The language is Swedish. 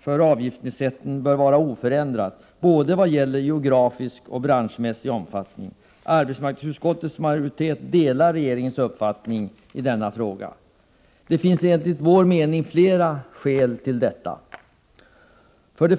för avgiftsnedsättning bör vara oförändrat i vad gäller både geografisk och branschmässig omfattning. Arbetsmarknadsutskottets majoritet delar regeringens uppfattning i denna fråga. Det finns enligt vår mening flera skäl till detta.